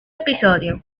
episodio